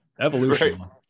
evolution